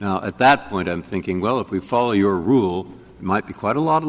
now at that point i'm thinking well if we follow your rule might be quite a lot of